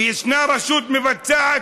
וישנה הרשות המבצעת,